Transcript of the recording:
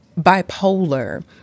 bipolar